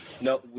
No